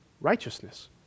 righteousness